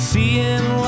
Seeing